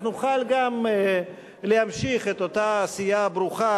אז נוכל גם להמשיך את אותה עשייה ברוכה